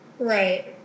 Right